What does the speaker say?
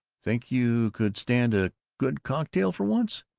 think you could stand a good cocktail for once?